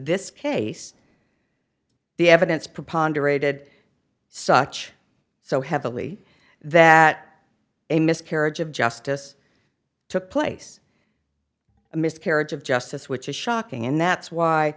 this case the evidence preponderate did such so heavily that a miscarriage of justice took place a miscarriage of justice which is shocking and that's why